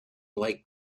like